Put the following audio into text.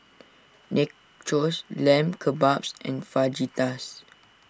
Nachos Lamb Kebabs and Fajitas